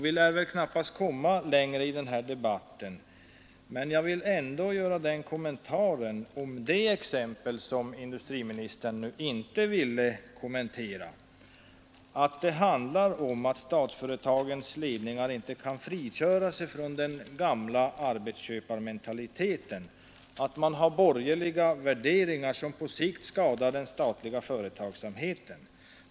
Vi lär väl knappast komma längre i den här debatten, men jag vill göra den kommentaren om det exempel som industriministern nu inte ville kommentera att det handlar om att statsföretagens ledningar inte kan frigöra sig från den gamla arbetsköparmentaliteten, att man har borgerliga värderingar som på sikt skadar den statliga företagsamheten.